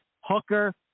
hooker